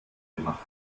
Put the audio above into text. gemacht